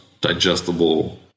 digestible